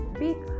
big